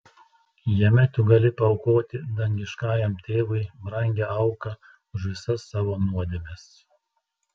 jame tu gali paaukoti dangiškajam tėvui brangią auką už visas savo nuodėmes